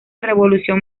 revolución